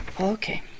Okay